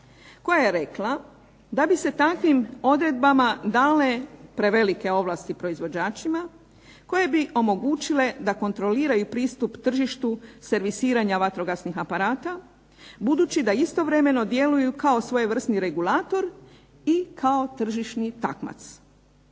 koja je rekla da bi se takvim odredbama dale prevelike ovlasti proizvođačima koje bi omogućile da kontroliraju pristup tržištu servisiranja vatrogasnih aparata budući da istovremeno djeluju kao svojevrsni regulator ili kao tržišni takmac.